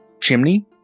chimney